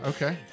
Okay